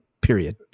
period